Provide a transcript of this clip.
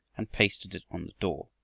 and pasted it on the door.